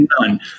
None